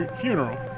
funeral